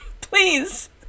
Please